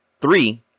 Three